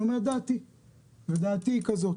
אני אומר את דעתי ודעתי היא כזאת.